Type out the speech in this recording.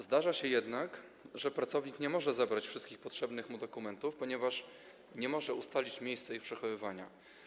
Zdarza się jednak, że pracownik nie może zebrać wszystkich potrzebnych mu dokumentów, ponieważ nie może ustalić miejsca ich przechowywania.